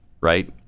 right